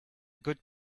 good